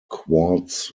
quartz